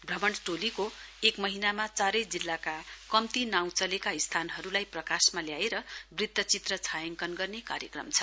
भ्रमण टोलीको एक महीनामा चारै जिल्लाका कम्ती नाँउ चलेका स्थानहरूलाई प्रकाशमा ल्याएर वृत्तचित्र छायाङकन गर्ने कार्यक्रम छ